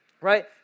Right